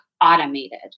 automated